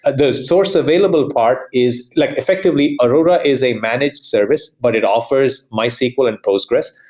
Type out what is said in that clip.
ah the source available part is like effectively, aurora is a managed service, but it offers mysql and postgres.